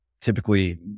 typically